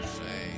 say